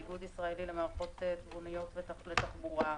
איגוד ישראלי למערכות תבוניות לתחבורה,